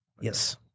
Yes